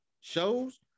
shows